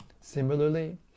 Similarly